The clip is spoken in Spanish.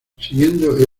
siguiendo